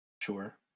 Sure